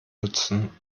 nutzen